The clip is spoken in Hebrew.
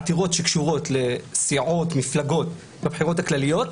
עתירות שקשורות לסיעות, מפלגות בבחירות הכלליות,